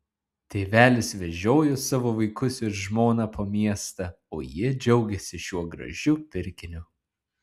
tėvelis vežiojo savo vaikus ir žmoną po miestą o jie džiaugėsi šiuo gražiu pirkiniu